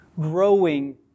growing